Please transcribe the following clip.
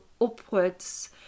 upwards